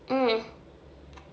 mm